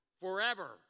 forever